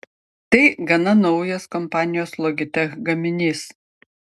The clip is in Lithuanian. tai gana naujas kompanijos logitech gaminys